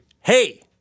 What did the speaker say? Hey